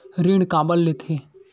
ऋण काबर लेथे?